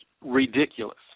ridiculous